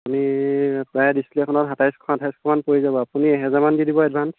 আপুনি প্ৰায় ডিছপ্লে'খনত সাতাইছশ আঠাইছশমান পৰি যাব আপুনি এহেজাৰমান দি দিব এডভাঞ্চ